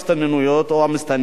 אבל אני גם רוצה להגיד משהו.